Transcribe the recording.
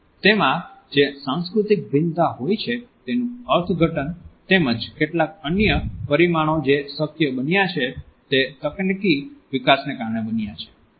તેમાં જે સાંસ્કૃતિક ભિન્નતા હોય છે તેનું અર્થઘટન તેમજ કેટલાક અન્ય પરિમાણો જે શક્ય બન્યા છે તે તકનીકી વિકાસને કારણે બન્યા છે